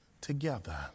together